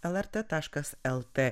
lrt taškas lt